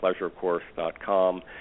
pleasurecourse.com